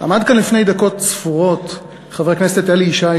עמד כאן לפני דקות ספורות חבר הכנסת אלי ישי,